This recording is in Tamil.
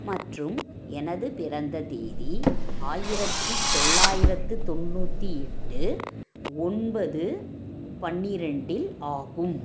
மற்றும் எனது பிறந்த தேதி ஆயிரத்தித் தொள்ளாயிரத்துத் தொண்ணூற்றி எட்டு ஒன்பது பனிரெண்டு இல் ஆகும்